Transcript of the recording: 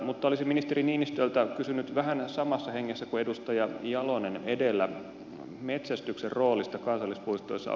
mutta olisin ministeri niinistöltä kysynyt vähän samassa hengessä kuin edustaja jalonen edellä metsästyksen roolista kansallispuistoissa